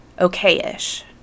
okay-ish